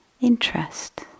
interest